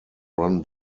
run